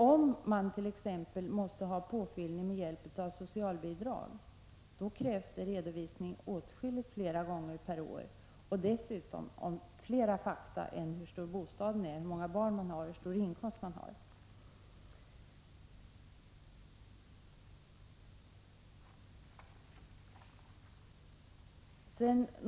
Om man t.ex. måste ha påfyllning med hjälp av socialbidrag, krävs det redovisning flera gånger per år och dessutom av flera fakta än hur stor bostaden är, hur många barn man har och hur stor inkomst man har.